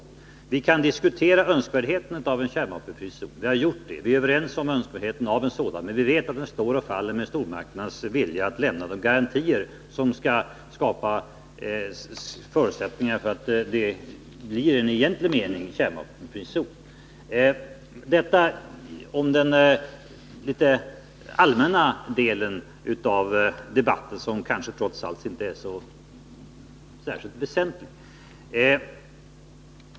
Vi kan diskutera önskvärdheten av en kärnvapenfri zon. Det har vi gjort. Vi är överens om önskvärdheten av en sådan. Men vi vet att den står och faller med stormakternas vilja att lämna de garantier som kan skapa förutsättningar för att det blir en i egentlig mening kärnvapenfri zon. Detta om den litet allmänna delen av debatten som kanske trots allt inte är så särskilt väsentlig.